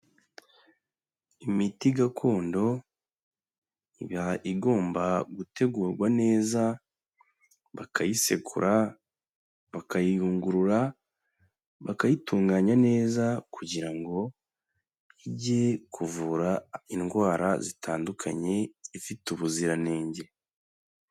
Imiti gakondo, iba igomba gutegurwa neza, bakayisekura, bakayiyungurura, bakayitunganya neza kugira ngo ijye kuvura indwara zitandukanye, ifite ubuziranenge.